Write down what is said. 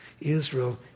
Israel